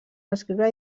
escriure